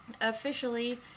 Officially